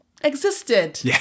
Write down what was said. existed